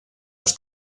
los